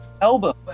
Elbow